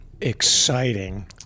exciting